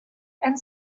and